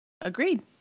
Agreed